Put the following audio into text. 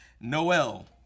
Noel